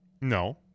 No